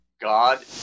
God